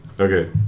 Okay